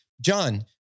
John